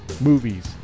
movies